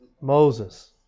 Moses